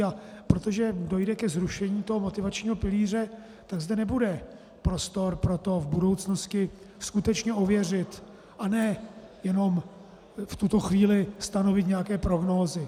A protože dojde ke zrušení motivačního pilíře, tak zde nebude prostor pro to v budoucnosti skutečně ověřit a ne jenom v tuto chvíli stanovit nějaké prognózy.